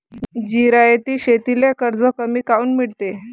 जिरायती शेतीले कर्ज कमी काऊन मिळते?